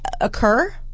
occur